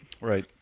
Right